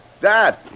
Dad